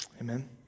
Amen